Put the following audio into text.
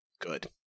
good